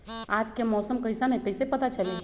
आज के मौसम कईसन हैं कईसे पता चली?